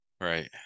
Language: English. Right